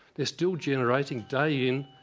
they're still generating day in,